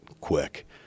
quick